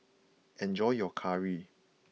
enjoy your Curry